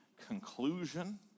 conclusion